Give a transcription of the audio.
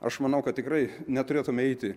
aš manau kad tikrai neturėtume eiti